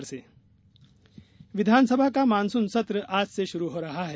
विधानसभा सत्र विधानसभा का मॉनसून सत्र आज से शुरू हो रहा है